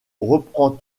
reprend